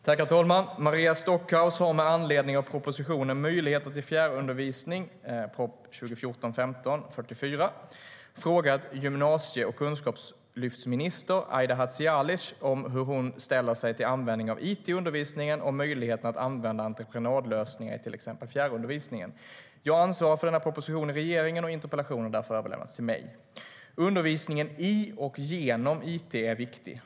Herr talman! Maria Stockhaus har med anledning av propositionen Möjligheter till fjärrundervisning frågat gymnasie och kunskapsminister Aida Hadzialic hur hon ställer sig till användning av it i undervisningen och möjligheten att använda entreprenadlösningar i till exempel fjärrundervisningen. Jag ansvarade för denna proposition i regeringen. Interpellationen har därför överlämnats till mig. Undervisning i och genom it är viktig.